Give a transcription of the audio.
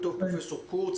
קורץ,